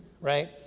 right